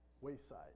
Wayside